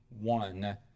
one